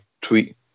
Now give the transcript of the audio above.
tweet